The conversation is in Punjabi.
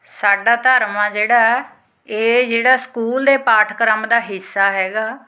ਸਾਡਾ ਧਰਮ ਆ ਜਿਹੜਾ ਇਹ ਜਿਹੜਾ ਸਕੂਲ ਦੇ ਪਾਠਕ੍ਰਮ ਦਾ ਹਿੱਸਾ ਹੈਗਾ